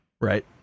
Right